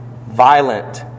Violent